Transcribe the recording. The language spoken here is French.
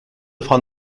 francs